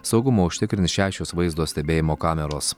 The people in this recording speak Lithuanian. saugumą užtikrins šešios vaizdo stebėjimo kameros